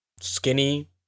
skinny